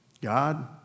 God